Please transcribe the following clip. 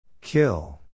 Kill